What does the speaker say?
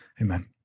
Amen